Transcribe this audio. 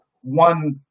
one